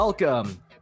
Welcome